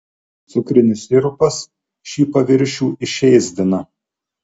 cukrinis sirupas šį paviršių išėsdina